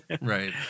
Right